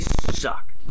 suck